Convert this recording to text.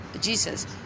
Jesus